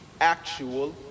actual